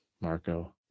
Marco